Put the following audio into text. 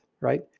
right